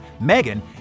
Megan